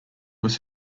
was